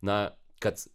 na kad